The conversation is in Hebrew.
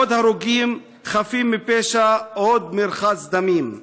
עוד הרוגים חפים מפשע, עוד מרחץ דמים.